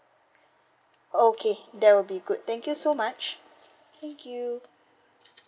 okay that will be good thank you so much thank you